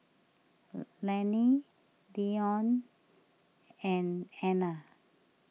Lanie Deion and Ana